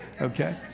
okay